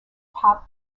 pop